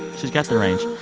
she's got the range.